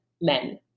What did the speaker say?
men